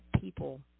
people